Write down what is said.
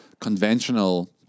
conventional